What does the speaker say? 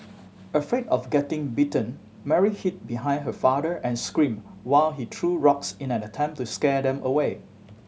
afraid of getting bitten Mary hid behind her father and screamed while he threw rocks in an attempt to scare them away